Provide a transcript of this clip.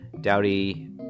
Dowdy